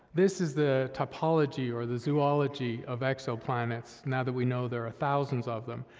this is the topology, or the zoology of exoplanets, now that we know there are thousands of them,